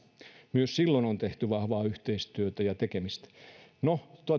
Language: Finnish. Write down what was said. myös silloin on tehty vahvaa yhteistyötä no